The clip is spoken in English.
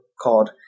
called